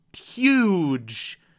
huge